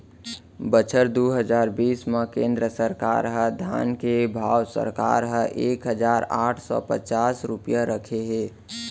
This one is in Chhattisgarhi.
बछर दू हजार बीस म केंद्र सरकार ह धान के भाव सरकार ह एक हजार आठ सव पचास रूपिया राखे हे